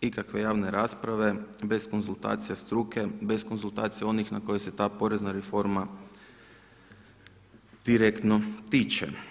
ikakve javne rasprave, bez konzultacija struke, bez konzultacija onih na koje se ta porezna reforma direktno tiče.